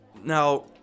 Now